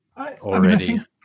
already